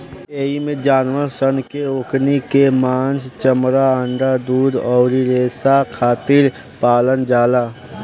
एइमे जानवर सन के ओकनी के मांस, चमड़ा, अंडा, दूध अउरी रेसा खातिर पालल जाला